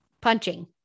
punching